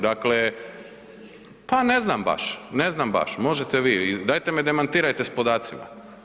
Dakle, ... [[Upadica se ne čuje.]] pa ne znam baš, ne znam baš, možete vi, dajte me demantirajte s podacima.